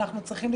כנסת,